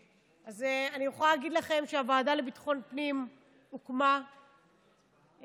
יכולה להגיד לכם שוועדת ביטחון הפנים הוקמה השנה,